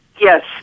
Yes